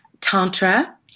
Tantra